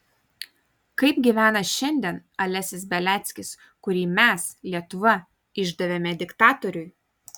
kaip gyvena šiandien alesis beliackis kurį mes lietuva išdavėme diktatoriui